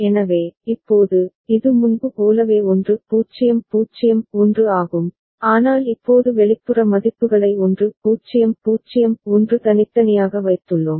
எனவே இப்போது இது முன்பு போலவே 1 0 0 1 ஆகும் ஆனால் இப்போது வெளிப்புற மதிப்புகளை 1 0 0 1 தனித்தனியாக வைத்துள்ளோம்